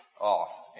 off